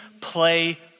play